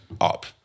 up